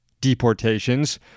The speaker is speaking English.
deportations